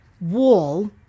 wall